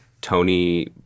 Tony